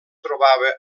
trobava